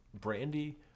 brandy